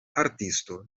artisto